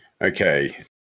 Okay